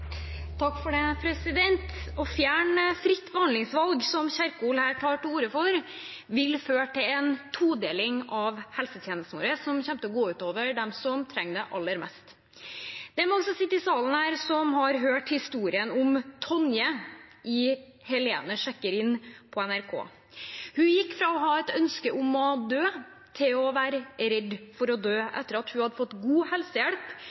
vil føre til en todeling av helsetjenesten vår, noe som kommer til å gå ut over dem som trenger det aller mest. Det er mange som sitter i salen her, som har hørt historien om Tonje i tv-programmet «Helene sjekker inn» på NRK. Hun gikk fra å ha et ønske om å dø til å være redd for å dø etter at hun hadde fått god helsehjelp